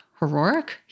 heroic